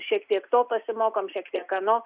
šiek tiek to pasimokom šiek tiek ano